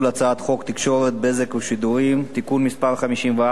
ושידורים) (תיקון מס' 54) (עיצומים כספיים),